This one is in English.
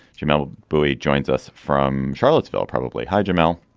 jamelle bouie joins us from charlottesville. probably. hi, jamal.